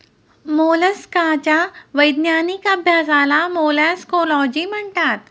मोलस्काच्या वैज्ञानिक अभ्यासाला मोलॅस्कोलॉजी म्हणतात